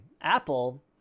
Apple